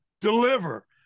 deliver